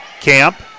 Camp